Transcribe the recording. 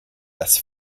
das